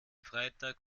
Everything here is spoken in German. freitag